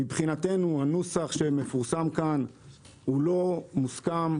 מבחינתנו, הנוסח שמפורסם כאן לא מוסכם.